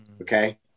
okay